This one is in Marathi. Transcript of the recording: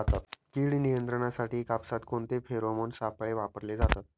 कीड नियंत्रणासाठी कापसात कोणते फेरोमोन सापळे वापरले जातात?